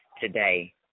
today